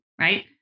right